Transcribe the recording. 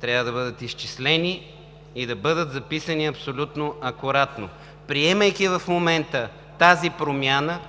трябва да бъдат изчислени и записани абсолютно акуратно. Приемайки в момента тази промяна,